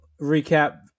recap